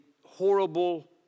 horrible